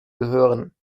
gehören